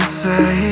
say